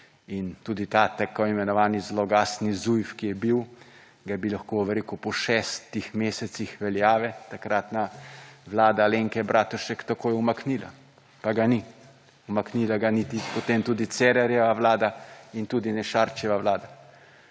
In tudi ta tako imenovani zloglasni ZUJF, ki je bil, ga bi lahko, bi rekel, po 6 mesecih veljave takratna Vlada Alenke Bratušek takoj umaknila, pa ga ni, umaknila ga niti potem tudi Cerarjeva vlada in tudi ne Šarčeva vlada,